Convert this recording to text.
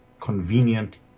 convenient